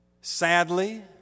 Sadly